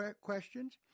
questions